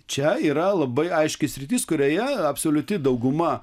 čia yra labai aiški sritis kurioje absoliuti dauguma